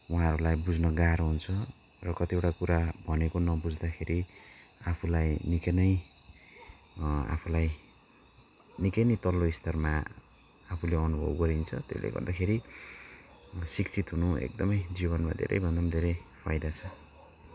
उहाँहरूलाई बुझ्न गाह्रो हुन्छ र कतिवटा कुरा भनेको नबुझ्दाखेरि आफूलाई निकै नै आफूलाई निकै नै तल्लो स्तरमा आफूलाई अनुभव गरिन्छ त्यसले गर्दाखेरि शिक्षित हुनु एकदमै जीवनमा धेरैभन्दा पनि धेरै फाइदा छ